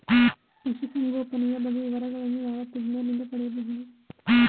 ಪಶುಸಂಗೋಪನೆಯ ಬಗ್ಗೆ ವಿವರಗಳನ್ನು ಯಾವ ತಜ್ಞರಿಂದ ಪಡೆಯಬಹುದು?